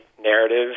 narrative